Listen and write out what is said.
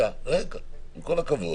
עם כל הכבוד,